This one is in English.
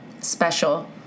Special